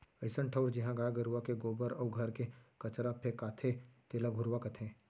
अइसन ठउर जिहॉं गाय गरूवा के गोबर अउ घर के कचरा फेंकाथे तेला घुरूवा कथें